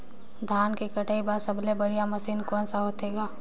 धान के कटाई बर सबले बढ़िया मशीन कोन सा होथे ग?